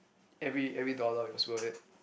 every every dollar it was worth it